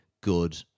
good